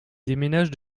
déménage